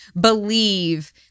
believe